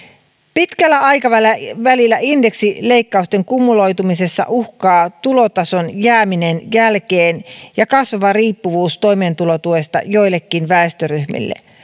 pitkällä aikavälillä indeksileikkausten kumuloitumisessa uhkaa tulotason jääminen jälkeen ja kasvava riippuvuus toimeentulotuesta joillekin väestöryhmille